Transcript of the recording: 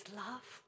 love